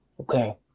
okay